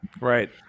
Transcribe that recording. Right